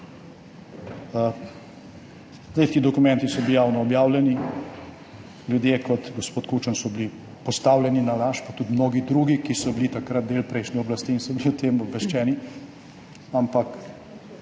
Ti dokumenti so bili javno objavljeni, ljudje kot gospod Kučan so bili postavljeni na laž, pa tudi mnogi drugi, ki so bili takrat del prejšnje oblasti in so bili o tem obveščeni, ampak